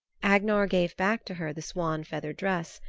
agnar gave back to her the swan-feather dress,